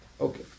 Okay